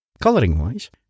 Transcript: Colouring-wise